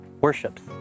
worships